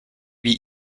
wie